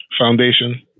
Foundation